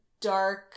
Dark